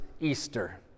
Easter